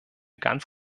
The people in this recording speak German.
ganz